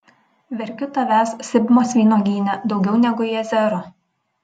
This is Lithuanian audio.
verkiu tavęs sibmos vynuogyne daugiau negu jazero